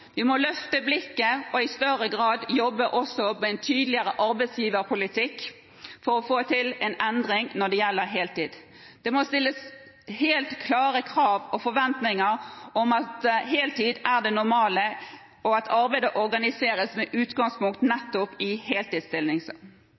Vi må løfte blikket og i større grad også jobbe for en tydeligere arbeidsgiverpolitikk for å få til en endring når det gjelder heltid. Det må stilles helt klare krav og forventninger til at heltid er det normale, og at arbeidet organiseres med utgangspunkt